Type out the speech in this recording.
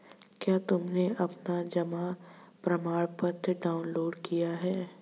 क्या तुमने अपना जमा प्रमाणपत्र डाउनलोड किया है?